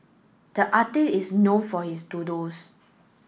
the artist is known for his doodles